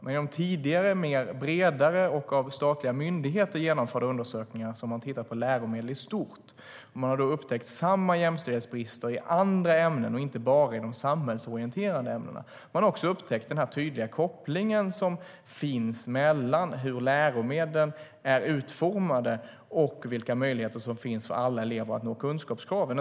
Men i tidigare bredare och av statliga myndigheter genomförda undersökningar har man tittat på läromedel i stort och då upptäckt samma jämställdhetsbrister i andra ämnen, inte bara i de samhällsorienterande ämnena. Man har också upptäckt den tydliga koppling som finns mellan hur läromedlen är utformade och vilka möjligheter som finns för alla elever att nå kunskapskraven.